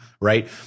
right